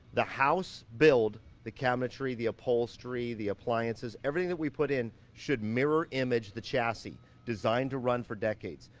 the house build, the cabinetry, the upholstery, the appliances, everything that we put in should mirror-image the chassis, designed to run for decades.